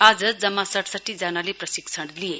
आज जम्मा सड़सठी जनाले प्रशिक्षण लिए